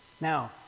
Now